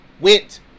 went